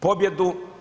Pobjedu.